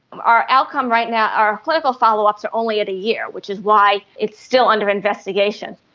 our outcome right now, our clinical follow-ups are only at a year, which is why it's still under investigation.